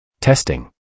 Testing